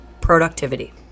productivity